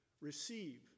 receive